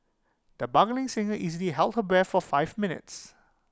the bugling singer easily held her breath for five minutes